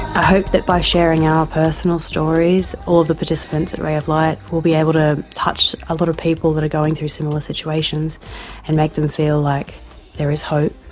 i hope that by sharing our personal stories, all the participants at ray of light will be able to touch a lot of people who are going through similar situations and make them feel like there is hope,